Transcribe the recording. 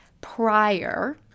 prior